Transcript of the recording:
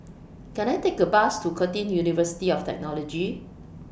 Can I Take A Bus to Curtin University of Technology